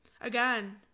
Again